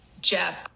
Jeff